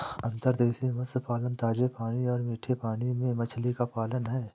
अंतर्देशीय मत्स्य पालन ताजे पानी और मीठे पानी में मछली का पालन है